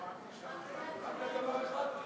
רק על דבר אחד?